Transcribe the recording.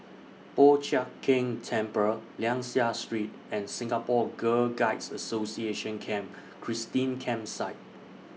Po Chiak Keng Temple Liang Seah Street and Singapore Girl Guides Association Camp Christine Campsite